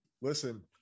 listen